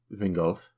Vingolf